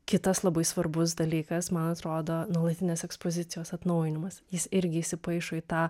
kitas labai svarbus dalykas man atrodo nuolatinės ekspozicijos atnaujinimas jis irgi įsipaišo į tą